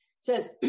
Says